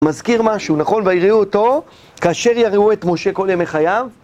מזכיר משהו, נכון, ויראו אותו כאשר יראו את משה כל ימי חייו